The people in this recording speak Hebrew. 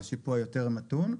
השיפוע מתון יותר.